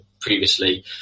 previously